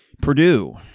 Purdue